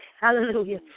Hallelujah